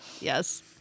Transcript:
Yes